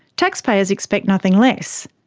taxpayers expect nothing less.